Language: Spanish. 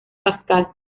pascal